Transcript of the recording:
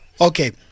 okay